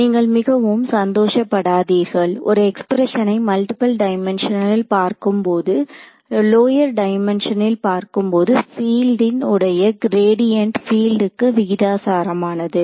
நீங்கள் மிகவும் சந்தோஷபடாதீர்கள் ஒரு எக்ஸ்பிரஸனை மல்டிபிள் டைமென்ஷன்ல் பார்க்கும்போது லோயர் டைமென்ஷன்ல் பார்க்கும் போது பீல்ட்டின் உடைய கிரேடியன்ட் பீல்ட்டுக்கு விகிதாசாரமானது